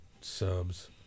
subs